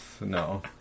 No